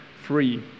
free